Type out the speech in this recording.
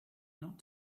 not